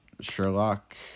Sherlock